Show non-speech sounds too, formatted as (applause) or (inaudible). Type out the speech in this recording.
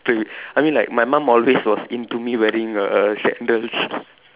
I mean like my mum always was into me wearing err sandals (laughs)